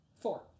Four